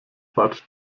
bad